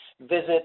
Visit